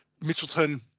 Mitchelton